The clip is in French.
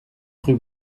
rue